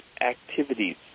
activities